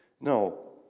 No